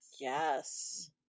yes